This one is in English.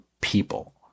People